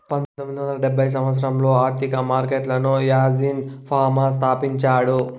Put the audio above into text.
పంతొమ్మిది వందల డెబ్భై సంవచ్చరంలో ఆర్థిక మార్కెట్లను యాజీన్ ఫామా స్థాపించాడు